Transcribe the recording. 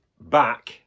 back